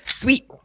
Sweet